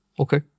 Okay